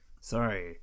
Sorry